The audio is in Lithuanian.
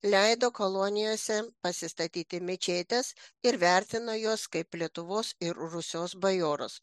leido kolonijose pasistatyti mečetes ir vertino juos kaip lietuvos ir rusios bajorus